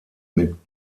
mit